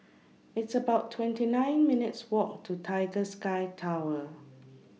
It's about twenty nine minutes' Walk to Tiger Sky Tower